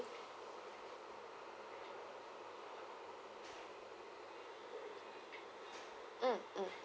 mm mm